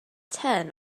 ten